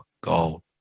gold